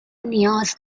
نیاز